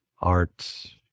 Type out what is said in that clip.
art